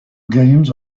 games